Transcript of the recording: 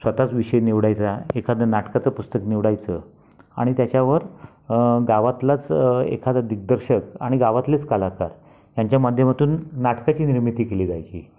स्वत च विषय निवडायचा एखादं नाटकाचं पुस्तक निवडायचं आणि त्याच्यावर गावातलाच एखादा दिग्दर्शक आणि गावातलेच कलाकार ह्यांच्या माध्यमातून नाटकाची निर्मिती केली जायची